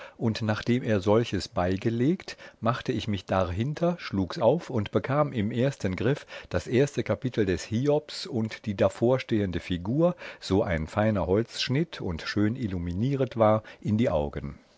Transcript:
und nachdem er solches beigelegt machte ich mich darhinter schlugs auf und bekam im ersten griff das erste kapitel des hiobs und die davorstehende figur so ein feiner holzschnitt und schön illuminieret war in die augen